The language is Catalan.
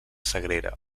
sagrera